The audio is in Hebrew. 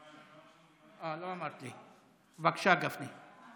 בבקשה, גפני.